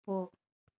போ